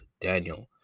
Daniel